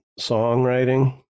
songwriting